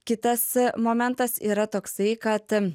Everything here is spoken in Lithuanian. kitas momentas yra toksai kad